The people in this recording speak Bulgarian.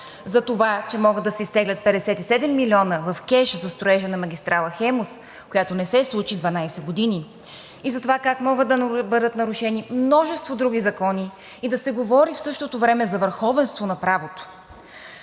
затова, че могат да се изтеглят 57 милиона в кеш за строежа на магистрала „Хемус“, която не се случи 12 години, и затова как могат да бъдат нарушени множество други закони и да се говори в същото време за върховенство на правото.